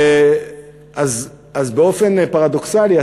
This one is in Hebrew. אז באופן פרדוקסלי,